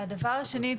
הדבר השני,